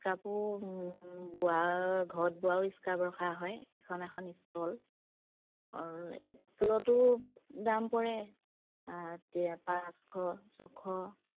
স্কাৰ্পো বোৱা ঘৰত বোৱাও স্কৰ্পো ৰখা হয় এখন এখন ষ্টল ষ্টলতো দাম পৰে পাঁচশ ছশ